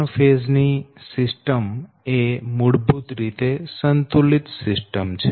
3 phase ની system એ મૂળભૂત રીતે સંતુલિત સિસ્ટમ છે